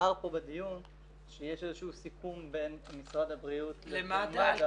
נאמר כאן בדיון שיש איזשהו סיכום בין משרד הבריאות למד"א.